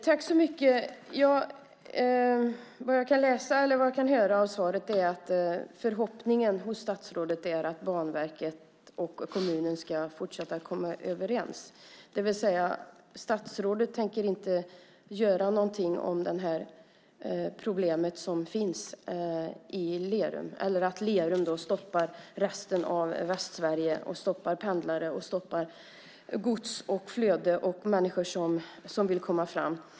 Herr talman! Vad jag kan läsa eller höra av svaret är att förhoppningen hos statsrådet är att Banverket och kommunen ska fortsätta för att komma överens, det vill säga att statsrådet inte tänker göra någonting åt det problem som finns i Lerum eller åt att Lerum stoppar resten av Västsverige, stoppar pendlare, stoppar gods och flöde, människor som vill komma fram.